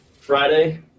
Friday